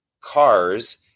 cars